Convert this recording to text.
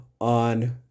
on